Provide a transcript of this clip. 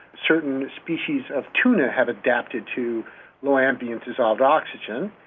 certain species of tuna have adapted to low ambient dissolved oxygen.